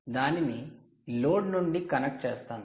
నేను దానిని లోడ్ నుండి కనెక్ట్ చేస్తాను